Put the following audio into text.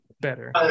better